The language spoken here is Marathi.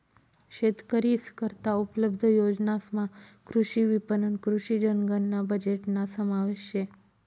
शेतकरीस करता उपलब्ध योजनासमा कृषी विपणन, कृषी जनगणना बजेटना समावेश शे